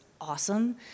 awesome